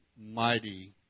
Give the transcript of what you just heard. mighty